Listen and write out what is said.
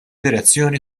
direzzjoni